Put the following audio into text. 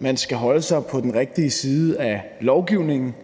man skal holde sig på den rigtige side af loven,